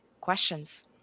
questions